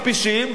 מכפישים,